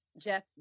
Jeff